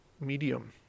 medium